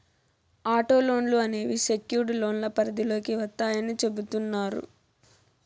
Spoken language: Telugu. ఆటో లోన్లు అనేవి సెక్యుర్డ్ లోన్ల పరిధిలోకి వత్తాయని చెబుతున్నారు